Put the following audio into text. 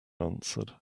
answered